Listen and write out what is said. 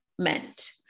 Meant